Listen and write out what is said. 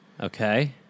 Okay